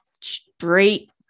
straight